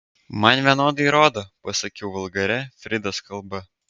man vienodai rodo pasakiau vulgaria fridos kalba